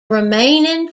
remaining